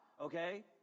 okay